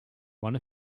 one